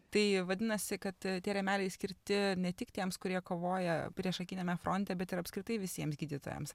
tai vadinasi kad tie rėmeliai skirti ne tik tiems kurie kovoja priešakiniame fronte bet ir apskritai visiems gydytojams